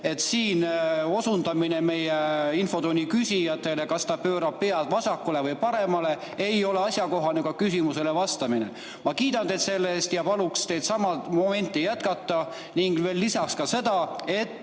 et siin osundamine meie infotunni küsijatele, kas ta pöörab pead vasakule või paremale, ei ole asjakohane küsimusele vastamine. Ma kiidan teid selle eest ja palun neidsamu momente jätkata, ning lisan veel seda, et